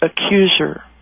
accuser